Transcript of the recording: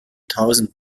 tausend